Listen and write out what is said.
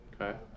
Okay